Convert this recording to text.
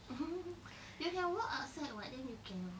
you can walk outside [what] then you can